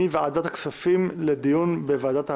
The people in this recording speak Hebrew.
מוועדת הכספים, לדיון בוועדת העבודה,